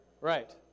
Right